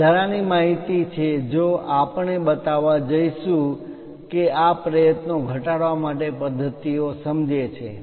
આ વધારાની માહિતી છે જો આપણે બતાવવા જઈશું કે આ પ્રયત્નોને ઘટાડવા માટેની પદ્ધતિઓ સમજે છે